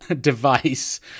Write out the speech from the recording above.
device